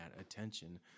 attention